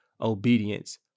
obedience